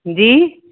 जी